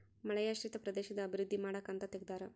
ಮಳೆಯಾಶ್ರಿತ ಪ್ರದೇಶದ ಅಭಿವೃದ್ಧಿ ಮಾಡಕ ಅಂತ ತೆಗ್ದಾರ